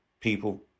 people